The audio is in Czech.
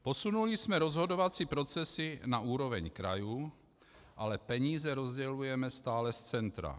Posunuli jsme rozhodovací procesy na úroveň krajů, ale peníze rozdělujeme stále z centra.